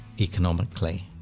economically